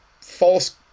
false